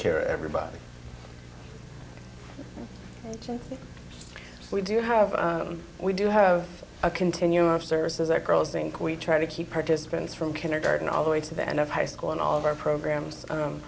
care everybody we do have we do have a continuum of services that girls think we try to keep participants from kindergarten all the way to the end of high school and all of our program